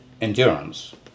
endurance